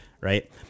Right